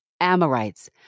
Amorites